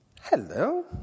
hello